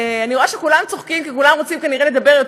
אני רואה שכולם צוחקים כי כולם רוצים כנראה לדבר,